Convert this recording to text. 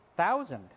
thousand